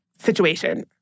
situation